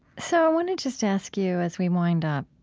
so i want to just ask you as we wind up,